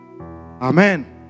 Amen